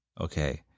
okay